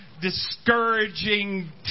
Discouraging